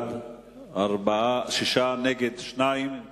בעד, 6, נגד, 2. אם כך,